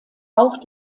auch